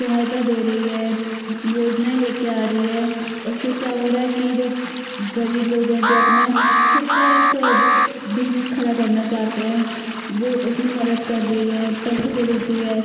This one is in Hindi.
सहायता दे रही है योजनाएँ लेकर आ रही है उससे क्या हो रहा है कि ग़रीब लोग हैं जो अपना ख़ुद का एक बिज़नेस खड़ा करना चाहते हैं वह उसमें मदद कर रही है पैसे दे देती है